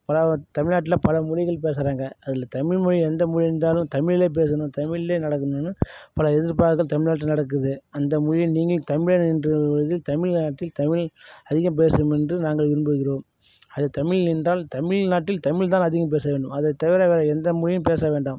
பல தமிழ்நாட்டில் பல மொழிகள் பேசறாங்க அதில் தமிழ் மொழி எந்த மொழின்றாலும் தமிழ்லேயே பேசணும் தமிழ்லேயே நடக்கணும்னு பல தமிழ்நாட்டில் நடக்குது அந்த மொழியை நீங்களும் தமிழன் என்று ஒரு இது தமிழ்நாட்டில் தமிழ் அதிகம் பேசும் என்று நாங்கள் விரும்புகிறோம் அது தமிழ் என்றால் தமிழ்நாட்டில் தமிழ் தான் அதிகம் பேச வேண்டும் அதை தவிர வேறு எந்த மொழியும் பேச வேண்டாம்